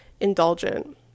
indulgent